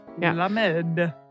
Lamed